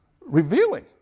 revealing